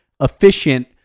efficient